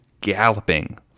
galloping